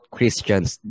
Christians